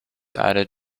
added